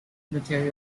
theory